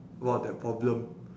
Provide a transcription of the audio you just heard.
about that problem